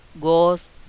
goes